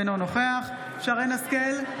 אינו נוכח שרן מרים השכל,